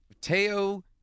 Teo